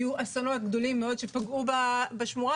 היו אסונות גדולים מאוד שפגעו בשמורה,